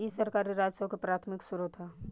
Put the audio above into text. इ सरकारी राजस्व के प्राथमिक स्रोत ह